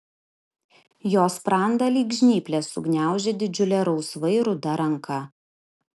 jo sprandą lyg žnyplės sugniaužė didžiulė rausvai ruda ranka